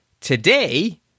Today